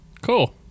cool